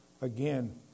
again